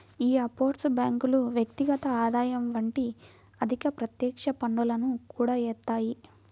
యీ ఆఫ్షోర్ బ్యేంకులు వ్యక్తిగత ఆదాయం వంటి అధిక ప్రత్యక్ష పన్నులను కూడా యేత్తాయి